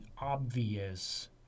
obvious